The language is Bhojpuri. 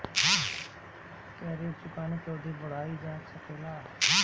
क्या ऋण चुकाने की अवधि बढ़ाईल जा सकेला?